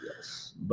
Yes